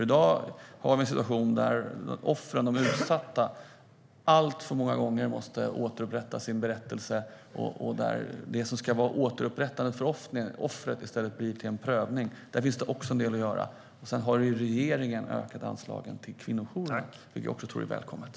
I dag har vi en situation där offren, de utsatta, alltför många gånger måste upprepa sin berättelse och där det som ska vara ett återupprättande för offret i stället blir till en prövning. Där finns det också en del att göra. Regeringen har också ökat anslagen till kvinnojourerna, vilket jag tror är välkommet.